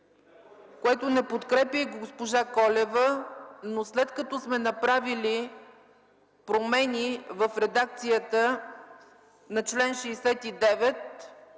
което не подкрепя госпожа Колева, но след като сме направили промени в редакцията на чл. 69,